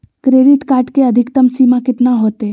Credit card के अधिकतम सीमा कितना होते?